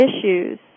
issues